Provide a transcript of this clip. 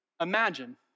Imagine